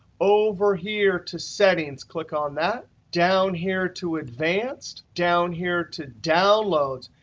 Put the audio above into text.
over here to settings, click on that. down here to advanced, down here to downloads,